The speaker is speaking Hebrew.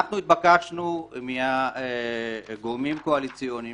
אנחנו התבקשנו מהגורמים הקואליציוניים